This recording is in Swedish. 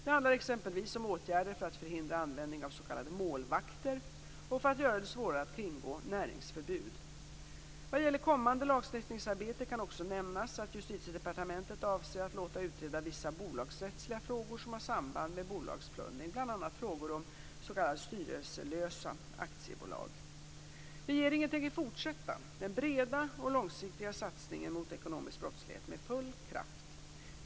Det handlar exempelvis om åtgärder för att förhindra användning av s.k. målvakter och för att göra det svårare att kringgå näringsförbud. Vad gäller kommande lagstiftningsarbete kan också nämnas att Justitiedepartementet avser att låta utreda vissa bolagsrättsliga frågor som har samband med bolagsplundring, bl.a. frågor om s.k. styrelselösa aktiebolag. Regeringen tänker fortsätta den breda och långsiktiga satsningen mot ekonomisk brottslighet med full kraft.